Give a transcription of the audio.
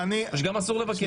או שגם אסור לבקש?